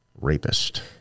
rapist